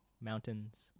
mountains